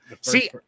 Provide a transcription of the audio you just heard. See